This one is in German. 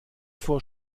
vor